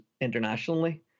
internationally